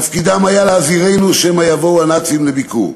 תפקידם היה להזהירנו שמא יבואו הנאצים לביקור.